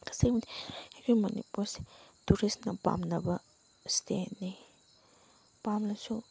ꯇꯁꯦꯡꯕꯗꯤ ꯑꯩꯈꯣꯏ ꯃꯅꯤꯄꯨꯔꯁꯦ ꯇꯨꯔꯤꯁꯅ ꯄꯥꯝꯅꯕ ꯏꯁꯇꯦꯠꯅꯤ ꯄꯥꯝꯂꯁꯨ